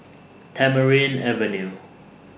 Tamarind Avenue